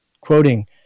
quoting